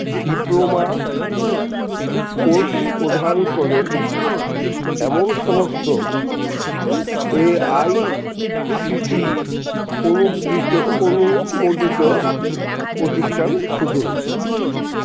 diploma course প্রধান করে এমন সমস্ত এআইসিটিই অনু অনুমোদিত প্রতিষ্ঠান খুঁজুন